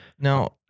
Now